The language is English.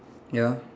ya